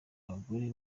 abagore